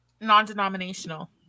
Non-denominational